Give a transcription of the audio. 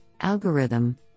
algorithm